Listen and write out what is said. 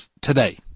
today